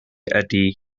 ydy